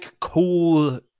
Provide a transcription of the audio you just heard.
cool